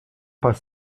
pas